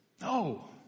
No